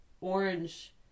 orange